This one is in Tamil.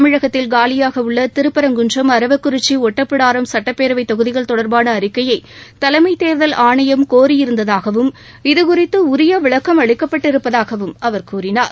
தமிழகத்தில் காலியாகவுள்ள திருப்பரங்குன்றம் அரவக்குறிச்சி ஒட்டப்பிடாரம் சட்டப்பேரவை தொகுதிகள் தொடர்பான அறிக்கைய தலைமை தேர்தல் ஆணையம் கோரியிருந்ததாகவும் இதுகுறித்து உரிய விளக்கம் அளிக்கப்பட்டு இருப்பதாகவும் அவர் கூறினார்